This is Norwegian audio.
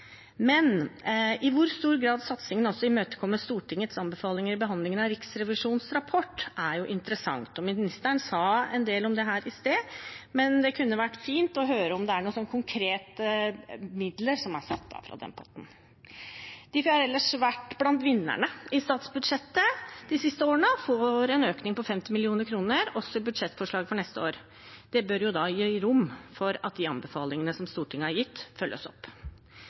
men i hvor stor grad satsingen også imøtekommer Stortingets anbefalinger i behandlingen av Riksrevisjonens rapport, er interessant. Ministeren sa en del om det her i sted, men det kunne vært fint å høre om det er noen konkrete midler som er satt av fra den potten. Difi har ellers vært blant vinnerne i statsbudsjettet de siste årene og får en økning på 50 mill. kr også i budsjettforslaget for neste år. Det bør gi rom for at de anbefalingene som Stortinget har gitt, følges opp.